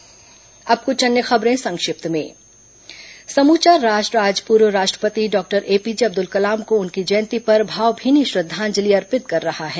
संक्षिप्त समाचार अब कुछ अन्य खबरें संक्षिप्त में समूचा राष्ट्र आज पूर्व राष्ट्रपति डॉक्टर एपीजे अब्दुल कलाम को उनकी जयंती पर भावभीनी श्रद्धांजलि अर्पित कर रहा है